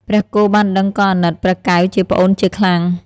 ព្រះគោបានដឹងក៏អាណិតព្រះកែវជាប្អូនជាខ្លាំង ។